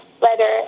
letter